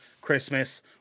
Christmas